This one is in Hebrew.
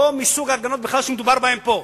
בכלל לא מסוג ההגנות שמדובר בהן פה.